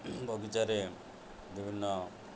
ବଗିଚାରେ ବିଭିନ୍ନ